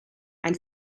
ein